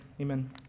Amen